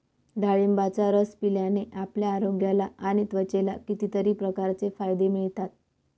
डाळिंबाचा रस पिल्याने आपल्या आरोग्याला आणि त्वचेला कितीतरी प्रकारचे फायदे मिळतात